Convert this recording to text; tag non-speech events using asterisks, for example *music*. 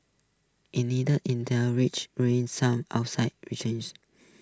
indeed Intel's rich *unintelligible* some outside rechange